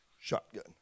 shotgun